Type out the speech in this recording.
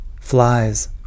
Flies